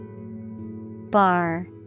Bar